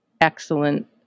excellent